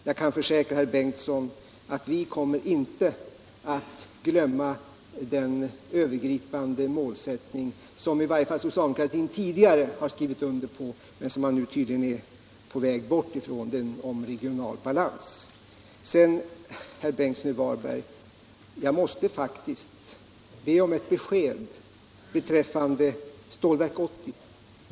Jag kan försäkra herr Bengtsson att vi inte kommer att glömma den övergripande målsättning som socialdemokratin i varje fall tidigare har skrivit under på men tydligen nu är på väg bort från, nämligen den om regional balans. Vidare, herr Bengtsson, måste jag faktiskt be om ett besked beträffande Stålverk 80.